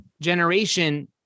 generation